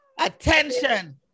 Attention